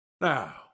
now